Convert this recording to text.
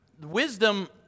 wisdom